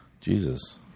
Jesus